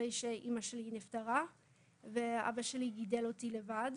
אחרי שאמא שלי נפטרה ואבא שלי גידל אותי לבד.